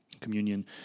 communion